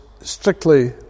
strictly